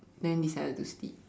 then decided to sleep